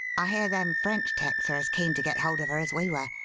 i hear them french tecs are as keen to get hold of her as we were,